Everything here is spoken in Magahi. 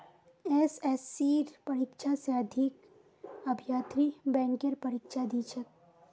एसएससीर परीक्षा स अधिक अभ्यर्थी बैंकेर परीक्षा दी छेक